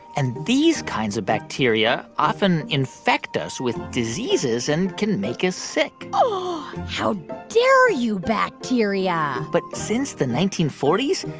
and these kinds of bacteria often infect us with diseases and can make us sick um ah how dare you, bacteria? but since the nineteen forty s,